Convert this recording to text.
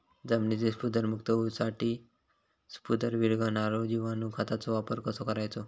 जमिनीतील स्फुदरमुक्त होऊसाठीक स्फुदर वीरघळनारो जिवाणू खताचो वापर कसो करायचो?